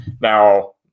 Now